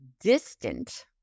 distant